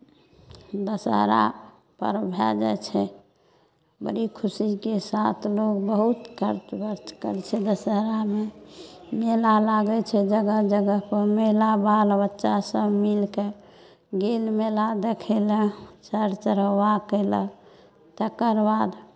दशहरा पर्व भए जाइ छै बड़ी खुशीके साथ लोक बहुत खर्च बर्च करै छै दशहरामे मेला लागै छै जगह जगहपर मेला बाल बच्चासभ मिल कऽ गेल मेला देखय लए चढ़ चढ़ौआ कयलक तकरबाद